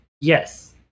Yes